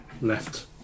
left